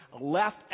left